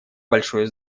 большое